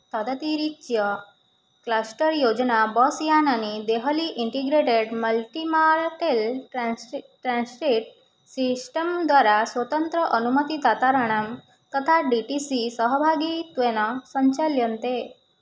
तदतिरिच्य क्लस्टर् योजना बस् यानने Delhi integrated multi modal transit transit system द्वारा स्वतन्त्राणाम् अनुमतिदातृणां तथा डी टी सी सहभागित्वेन सञ्चाल्यन्ते